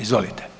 Izvolite.